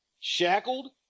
shackled